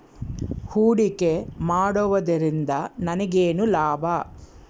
ಹೂಡಿಕೆ ಮಾಡುವುದರಿಂದ ನನಗೇನು ಲಾಭ?